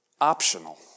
optional